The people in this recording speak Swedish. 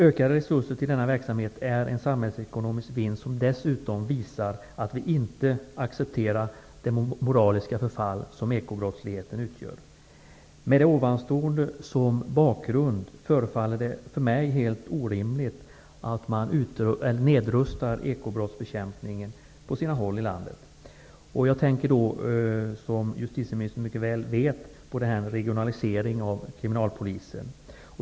Ökade resurser till denna verksamhet är en samhällsekonomisk vinst som dessutom visar att vi inte accepterar det moraliska förfall som ekobrottsligheten utgör. Med det tidigare sagda som bakgrund förefaller det mig helt orimligt att man på sina håll i landet nedrustar ekobrottsbekämpningen. Jag tänker då, som justitieministern mycket väl vet, på den s.k. regionaliseringen av kriminalpolisen.